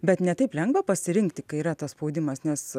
bet ne taip lengva pasirinkti kai yra tas spaudimas nes